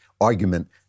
argument